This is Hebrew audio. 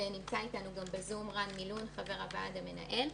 ונמצא איתנו בזום גם רן מילון, חבר הוועד המנהל.